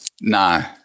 No